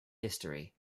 history